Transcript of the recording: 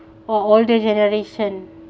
or older generation